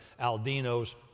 Aldino's